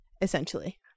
essentially